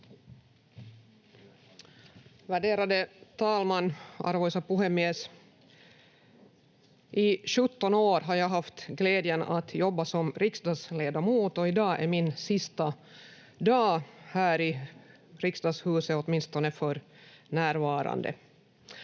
Värderade talman, arvoisa puhemies! I sjutton år har jag haft glädjen att jobba som riksdagsledamot, och i dag är min sista dag här i Riksdagshuset åtminstone för närvarande.